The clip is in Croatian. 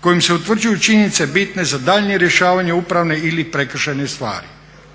kojim se utvrđuju činjenice bitne za daljnje rješavanje upravne ili prekršajne stvari.